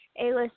A-list